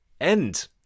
end